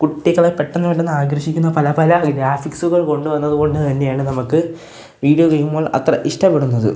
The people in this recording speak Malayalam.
കുട്ടികളെ പെട്ടെന്ന് പെട്ടെന്ന് ആകർഷിക്കുന്ന പല പല ഗ്രാഫിക്സുകൾ കൊണ്ട് വന്നത് കൊണ്ട് തന്നെയാണ് നമുക്ക് വീഡിയോ ഗെയിമുകൾ അത്ര ഇഷ്ടപ്പെടുന്നത്